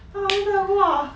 他还在画